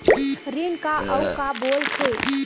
ऋण का अउ का बोल थे?